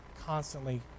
constantly